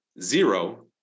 zero